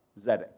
Zedek